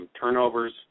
Turnovers